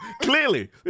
Clearly